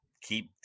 keep